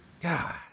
God